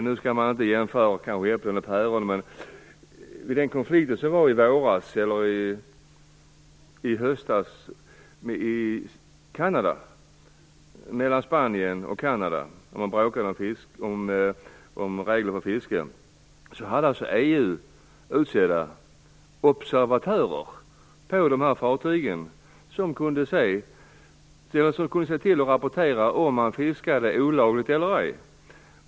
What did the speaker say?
Man skall kanske inte jämföra äpplen och päron, men vid konflikten mellan Spanien och Kanada i höstas då man bråkade om regler för fisket, hade EU utsända observatörer på fartygen. De kunde sedan rapportera om man fiskade olagligt eller ej.